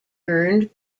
earned